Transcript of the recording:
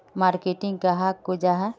Marketing कहाक को जाहा?